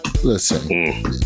Listen